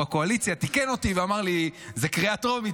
הקואליציה תיקן אותי ואמר לי: זו קריאה טרומית,